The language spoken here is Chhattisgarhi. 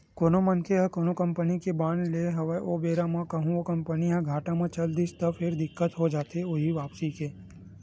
कोनो मनखे ह कोनो कंपनी के बांड लेय हवय ओ बेरा म कहूँ ओ कंपनी ह घाटा म चल दिस त फेर दिक्कत हो जाथे ओखी वापसी के